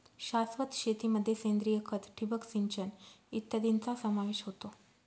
शाश्वत शेतीमध्ये सेंद्रिय खत, ठिबक सिंचन इत्यादींचा समावेश होतो